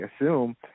assume